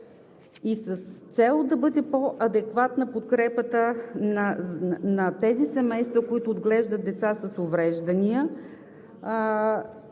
И за да бъде по адекватна подкрепата на тези семейства, които отглеждат деца с увреждания,